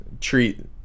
treat